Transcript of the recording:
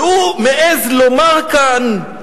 והוא מעז לומר כאן: